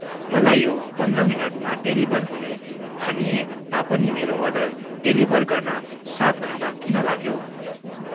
मलाई यो पन्ध्र मिनटमा डेलिभर हुने भनिए तापनि मेरो अर्डर डेलिभर गर्न सात घन्टा किन लाग्यो